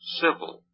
civil